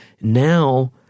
Now